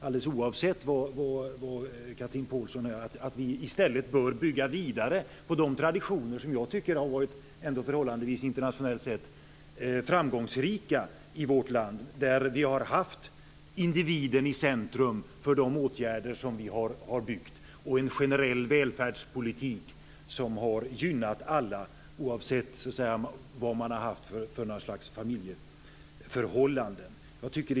Alldeles oavsett vad Chatrine Pålsson säger anser jag att vi i stället bör bygga vidare på de traditioner som jag tycker har varit förhållandevis framgångsrika i vårt land internationellt sett. Vi har haft individen i centrum för de åtgärder som vi har byggt. Vi har haft en generell välfärdspolitik som har gynnat alla oavsett vilka familjeförhållanden man har haft.